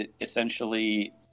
essentially